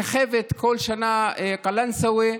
מככבת כל שנה קלנסווה,